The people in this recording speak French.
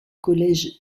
collège